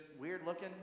weird-looking